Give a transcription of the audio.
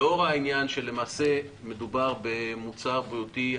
אני רוצה להודות לעידן ולתמר על הדיון ועל היוזמה.